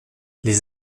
les